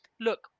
look